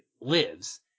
lives